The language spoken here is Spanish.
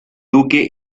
duque